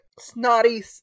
snotty